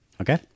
Okay